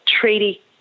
treaty